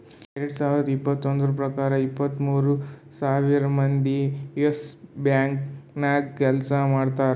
ಎರಡು ಸಾವಿರದ್ ಇಪ್ಪತ್ತೊಂದು ಪ್ರಕಾರ ಇಪ್ಪತ್ತು ಮೂರ್ ಸಾವಿರ್ ಮಂದಿ ಯೆಸ್ ಬ್ಯಾಂಕ್ ನಾಗ್ ಕೆಲ್ಸಾ ಮಾಡ್ತಾರ್